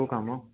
କୋଉ କାମ